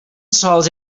sols